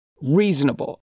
Reasonable